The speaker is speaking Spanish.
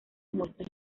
muestras